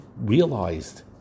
realized